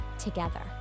together